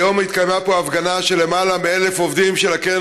היום התקיימה פה הפגנה של למעלה מ-1,000 עובדים של הקרן